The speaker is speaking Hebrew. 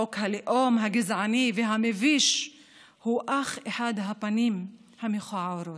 חוק הלאום הגזעני והמביש הוא אך אחד הפנים המכוערים שלה.